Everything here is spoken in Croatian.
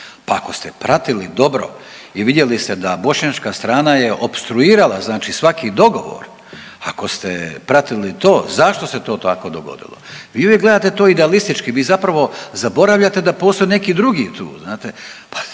Pa ako ste pratili dobro i vidjeli ste da bošnjačka strana je opstruirala svaki dogovor, ako ste pratili to zašto se to tako dogodilo. Vi uvijek to gledate idealistički, vi zapravo zaboravljate da postoji neki drugi tu